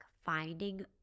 finding